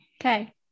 Okay